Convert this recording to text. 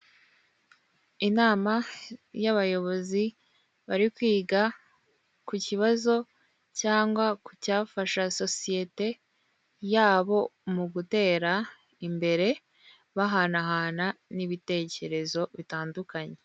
Inama y'abayobozi bari kwiga ku kibazo cyangwa kucyafasha sosiyete yabo mu gutera imbere bahanahana n'ibitekerezo bitandukanye.